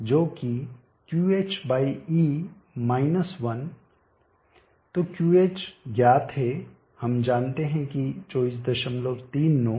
तो QH ज्ञात है हम जानते हैं2439